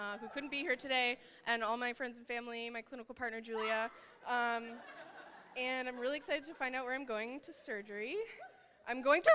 who couldn't be here today and all my friends and family my clinical partner julia and i'm really excited to find out where i'm going to surgery i'm going to